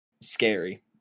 scary